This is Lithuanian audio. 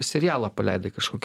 serialą paleidai kažkokį